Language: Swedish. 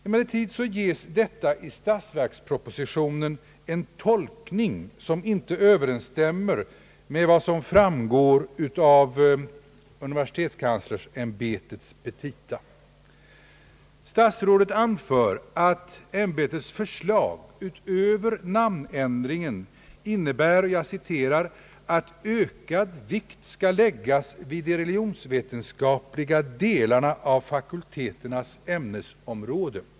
Emellertid ges detta i statsverksproposiiionen en tolkning som inte överensstämmer med vad som framgår av universitetskanslersämbetets petita. Statsrådet anför att universitetskans lersämbetets förslag — utöver namnändringen — innebär att »ökad vikt skall läggas vid de religionsvetenskapliga delarna av fakulteternas ämnesområde».